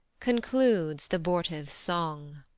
concludes th' abortive song.